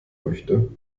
möchte